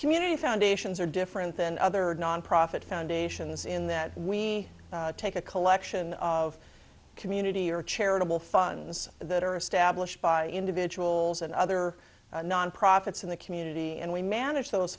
community foundations are different than other nonprofit foundations in that we take a collection of community or charitable funds that are established by individuals and other non profits in the community and we manage those